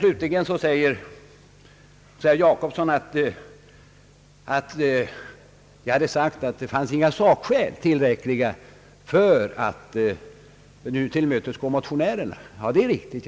Herr Jacobsson säger att jag gjort gällande att det inte finns tillräckliga sakskäl för att tillmötesgå motionärerna. Det är riktigt.